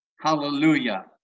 Hallelujah